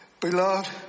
Beloved